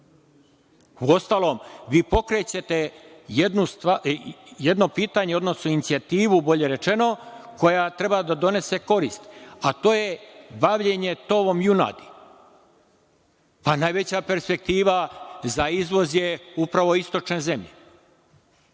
Istoka. Uostalom, vi pokrećete jedno pitanje, odnosno inicijativu, bolje rečeno, koja treba da donese korist, a to je bavljenje tovom junadi. Najveća perspektiva za izvoz je upravo istočne zemlje.